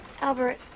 Albert